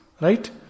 right